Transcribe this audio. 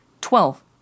Twelve